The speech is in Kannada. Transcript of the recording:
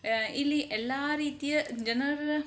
ಇಲ್ಲಿ ಎಲ್ಲ ರೀತಿಯ ಜನರ